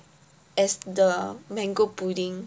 as the mango pudding